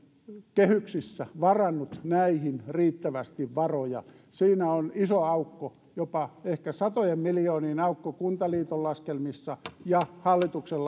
kehyksissä varannut näihin riittävästi varoja siinä on iso aukko jopa ehkä satojen miljoonien aukko kuntaliiton laskelmissa ja hallituksen